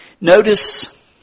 Notice